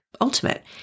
ultimate